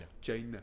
China